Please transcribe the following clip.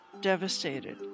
devastated